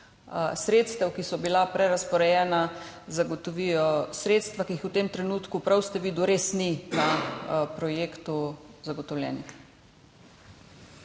sredstev, ki so bila prerazporejena, zagotovijo sredstva, ki jih v tem trenutku, prav ste videli, res ni zagotovljenih